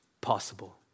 possible